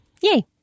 Yay